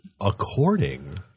According